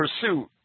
pursuit